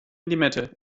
limette